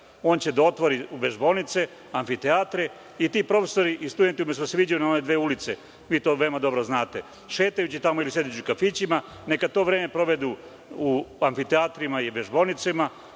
On će da otvori vežbaonice, amfiteatre i ti profesori i studenti umesto da se viđaju na one dve ulice, vi to veoma dobro znate, šetajući tamo ili sedeći u kafićima, neka to vreme provedu u amfiteatrima i vežbaonicama